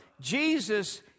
Jesus